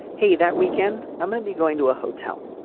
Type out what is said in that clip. hey that weekend i'm going to be going to a hotel.